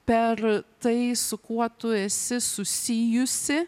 per tai su kuo tu esi susijusi